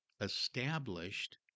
established